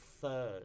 third